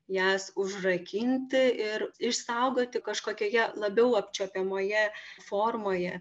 jas užrakinti ir išsaugoti kažkokioje labiau apčiuopiamoje formoje